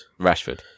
Rashford